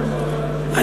עד שייבחרו רבנים ראשיים.